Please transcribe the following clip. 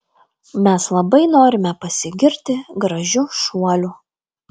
mes labai norime pasigirti gražiu šuoliu